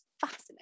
fascinating